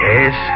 Yes